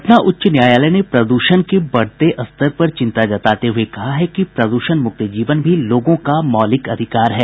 पटना उच्च न्यायालय ने प्रद्षण के बढ़ते स्तर पर चिंता जताते हये कहा है कि प्रद्षण मुक्त जीवन भी लोगों का मौलिक अधिकार है